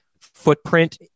footprint